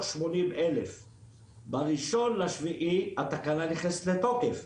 80,000. ב-1 ליולי התקנה נכנסת לתוקף,